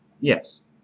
Yes